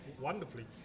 wonderfully